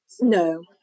No